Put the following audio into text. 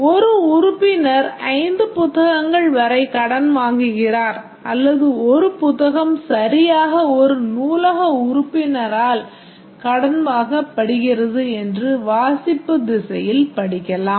ஒரு உறுப்பினர் 5 புத்தகங்கள் வரை கடன் வாங்குகிறார் அல்லது ஒரு புத்தகம் சரியாக 1 நூலக உறுப்பினரால் கடன் வாங்கப்படுகிறது என்று வாசிப்பு திசையில் படிக்கலாம்